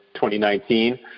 2019